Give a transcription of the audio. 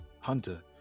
hunter